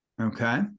okay